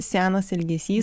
senas elgesys